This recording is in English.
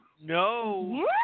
no